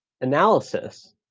analysis